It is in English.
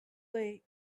late